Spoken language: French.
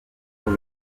pour